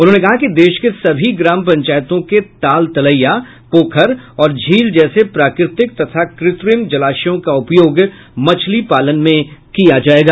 उन्होंने कहा कि देश के सभी ग्राम पंचायतों के ताल तलैया पोखर और झील जैसे प्राकृतिक तथा कृत्रिम जलाश्यों का उपयोग मछली पालन में किया जायेगा